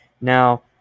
Now